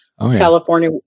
California